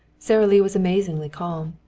sara lee was amazingly calm.